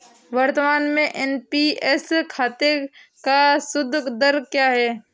वर्तमान में एन.पी.एस खाते का सूद दर क्या है?